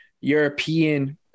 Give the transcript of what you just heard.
European